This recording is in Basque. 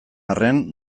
arren